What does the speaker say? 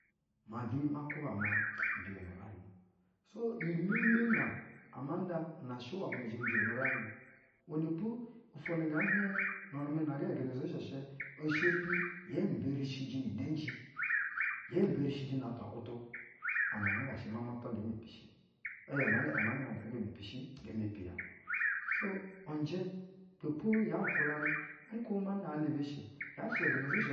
Maa de ma kwuba maa mbiyono uraiŋ mu. Nu gana ata, iyi elene na ama nda na shɛ iwɛ maa i zhɛ mbiyono uraiŋ mu, iwɛnɛpo ofwo na nga hieŋ na-amɛ ana ga aganaze. Shun shɛ, ee shepi ee mebrishiji nu udenji, yee mberishija na-atwa a’wuta ana nga nga shɛ ma mapa nge mepi shi, eye, anaana nge nge mepishi nge mepi ya. Nu gana at uŋjɛ, ibɛ po ya yaa nkwulanɛ, aka oko ma mbiyana zalu be-eshe, yaa shɛ aganazeshuŋ ga.